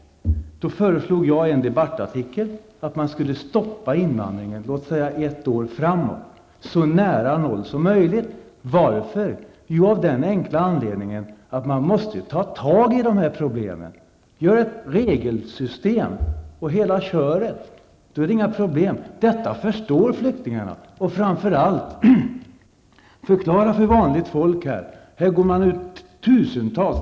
Jag föreslog i en debattartikel att man skulle stoppa invandringen, låt oss säga ett år framåt -- så nära noll som möjligt. Varför? Jo, av den enkla anledningen att man måste ta tag i de här problemen. Gör ett regelsystem, och hela köret! Då blir det inga problem. Detta förstår flyktingarna. Och framför allt: Förklara för vanligt folk!